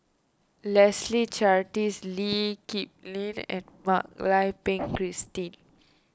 Leslie Charteris Lee Kip Lin and Mak Lai Peng Christine